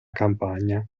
campagna